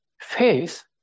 faith